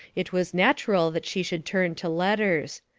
it was natural that she should turn to letters.